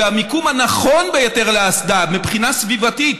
ושהמיקום הנכון ביותר לאסדה מבחינה סביבתית